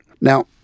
Now